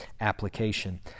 application